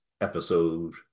episode